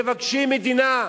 מבקשים מדינה,